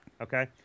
Okay